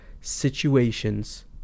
situations